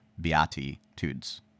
beatitudes